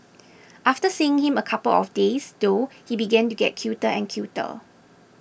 after seeing him a couple of days though he began to get cuter and cuter